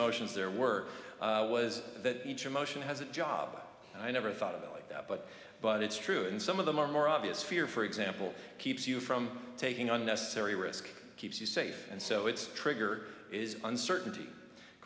motions there were was that each emotion has a job and i never thought of it like that but but it's true and some of them are more obvious fear for example keeps you from taking unnecessary risk keeps you safe and so it's trigger is uncertainty of